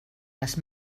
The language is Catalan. les